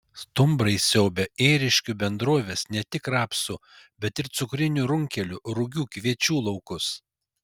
stumbrai siaubia ėriškių bendrovės ne tik rapsų bet ir cukrinių runkelių rugių kviečių laukus